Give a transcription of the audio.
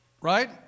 Right